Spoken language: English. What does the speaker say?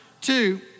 two